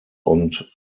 und